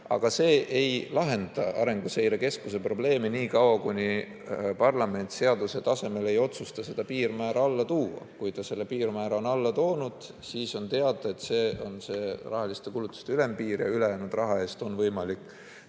Aga see ei lahenda Arenguseire Keskuse probleemi, niikaua kuni parlament seaduse tasemel ei otsusta seda piirmäära alla tuua. Kui ta selle piirmäära on alla toonud, siis on teada, et see on rahaliste kulutuste ülempiir ja ülejäänud raha eest on võimalik